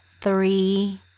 three